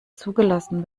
zugelassen